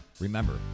Remember